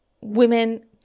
women